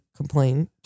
complain